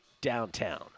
downtown